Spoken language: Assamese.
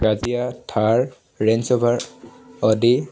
ৰাতিয়া থাৰ ৰেঞ্জ ৰ'ভাৰ অদি